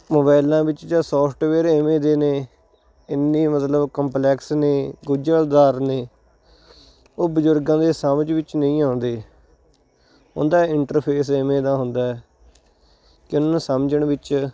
ਮੋਬਾਇਲਾਂ ਵਿੱਚ ਜਾਂ ਸੋਫਟਵੇਅਰ ਐਵੇਂ ਦੇ ਨੇ ਇੰਨੇ ਮਤਲਬ ਕੰਪਲੈਕਸ ਨੇ ਗੁੰਝਲਦਾਰ ਨੇ ਉਹ ਬਜ਼ੁਰਗਾਂ ਦੇ ਸਮਝ ਵਿੱਚ ਨਹੀਂ ਆਉਂਦੇ ਉਹਦਾ ਇੰਟਰਫੇਸ ਐਵੇਂ ਦਾ ਹੁੰਦਾ ਹੈ ਕਿ ਉਹਨੂੰ ਸਮਝਣ ਵਿੱਚ